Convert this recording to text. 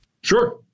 Sure